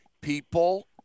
people